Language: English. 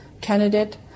candidate